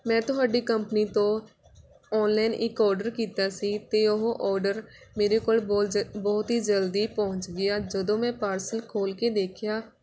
ਮੈਂ ਤੁਹਾਡੀ ਕੰਪਨੀ ਤੋਂ ਔਨਲਾਈਨ ਇੱਕ ਓਡਰ ਕੀਤਾ ਸੀ ਅਤੇ ਉਹ ਓਡਰ ਮੇਰੇ ਕੋਲ ਬਹੁਤ ਹੀ ਜਲਦੀ ਪਹੁੰਚ ਗਿਆ ਜਦੋਂ ਮੈਂ ਪਾਰਸਲ ਖੋਲ੍ਹ ਕੇ ਦੇਖਿਆ